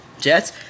Jets